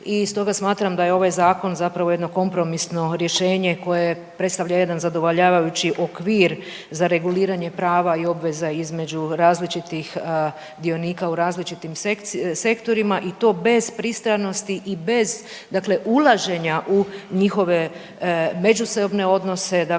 i stoga smatram da je ovaj zakon zapravo jedno kompromisno rješenje koje predstavlja jedan zadovoljavajući okvir za reguliranje prava i obveza između različitih dionika u različitim sektorima i to bez pristranosti i bez dakle ulaženja u njihove međusobne odnose,